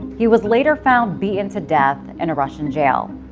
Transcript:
he was later found beaten to death in a russian jail.